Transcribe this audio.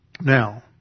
Now